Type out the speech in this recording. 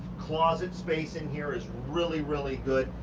closet space in here is really, really good.